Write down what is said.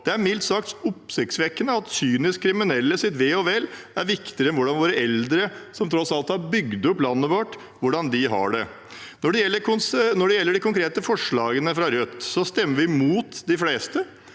Det er mildt sagt oppsiktsvekkende at kyniske kriminelles ve og vel er viktigere enn hvordan våre eldre, som tross alt har bygd opp landet vårt, har det. Når det gjelder de konkrete forslagene fra Rødt, stemmer vi imot de fleste,